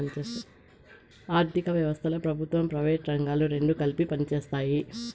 ఆర్ధిక వ్యవస్థలో ప్రభుత్వం ప్రైవేటు రంగాలు రెండు కలిపి పనిచేస్తాయి